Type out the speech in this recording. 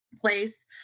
place